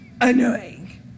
annoying